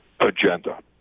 agenda